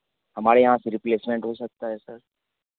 हमारे यहाँ से रिप्लेसमेंट हो सकता है सर